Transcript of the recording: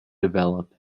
develop